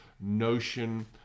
notion